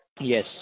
Yes